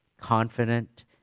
confident